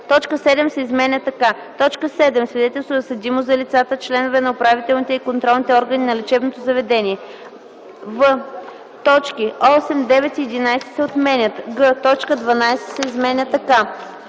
точка 7 се изменя така: „7. свидетелство за съдимост – за лицата, членове на управителните и контролните органи на лечебното заведение;”; в) точки 8, 9 и 11 се отменят; г) точка 12 се изменя така: